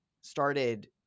started